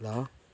ल